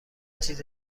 چیز